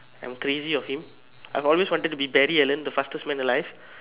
I'm crazy of him I've always wanted to be Barry-Allen the fastest man alive